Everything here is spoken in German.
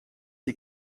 sie